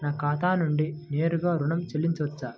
నా ఖాతా నుండి నేరుగా ఋణం చెల్లించవచ్చా?